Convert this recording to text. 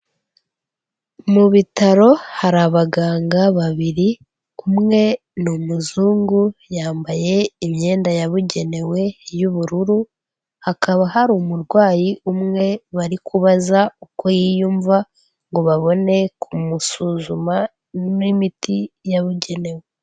Mu bitaro hari abaganga babiri umwe ni umuzungu yambaye imyenda yabugenewe y'ubururu, hakaba hari umurwayi umwe barikuza uko yiyumva ngo babone kumusuzuma n'imiti yabugenewe.